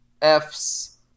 F's